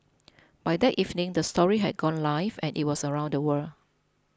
by that evening the story had gone live and it was around the world